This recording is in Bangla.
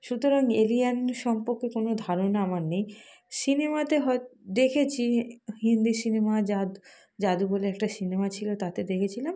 সুতরাং এলিয়েন সম্পর্কে কোনো ধারণা আমার নেই সিনেমাতে হয় দেখেছি হিন্দি সিনেমা জাদু জাদু বলে একটা সিনেমা ছিল তাতে দেখেছিলাম